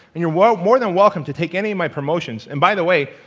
and you're more than welcome to take any of my promotions. and by the way,